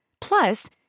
Plus